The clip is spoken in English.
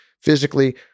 physically